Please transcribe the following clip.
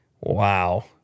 Wow